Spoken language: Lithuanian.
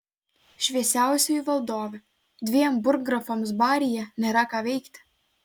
šviesiausioji valdove dviem burggrafams baryje nėra ką veikti